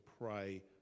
pray